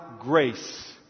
grace